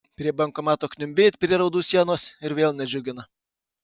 prie bankomato kniumbi it prie raudų sienos ir vėl nedžiugina